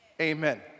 Amen